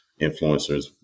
influencers